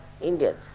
Indians